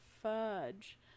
fudge